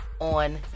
on